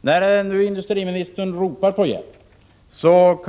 den! Industriministern ropar som sagt på hjälp.